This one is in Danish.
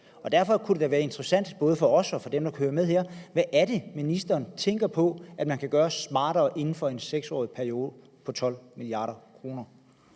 Derfor kunne det da være interessant, både for os og for dem, der lytter med her, at vide, hvad det er, ministeren tænker på at man kan gøre smartere inden for en 6-årig periode for 12 mia. kr.